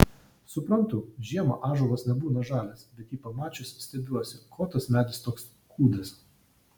suprantu žiemą ąžuolas nebūna žalias bet jį pamačiusi stebiuosi ko tas medis toks kūdas